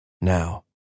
now